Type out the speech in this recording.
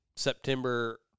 September